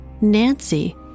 Nancy